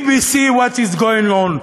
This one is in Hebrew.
BBC, what is going on?.